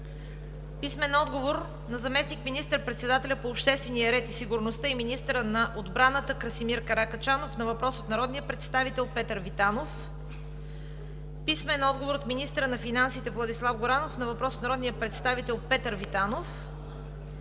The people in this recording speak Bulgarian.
Антон Кутев; - заместник министър-председателя по обществения ред и сигурността и министър на отбраната Красимир Каракачанов на въпрос от народния представител Петър Витанов; - министъра на финансите Владислав Горанов на въпрос от народния представител Петър Витанов;